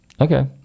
Okay